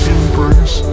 Embrace